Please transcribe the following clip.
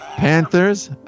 Panthers